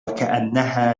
كأنها